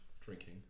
drinking